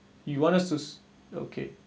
you want us to okay